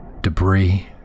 debris